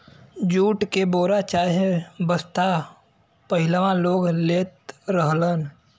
jute के बोरा चाहे बस्ता पहिलवां लोग लेत रहलन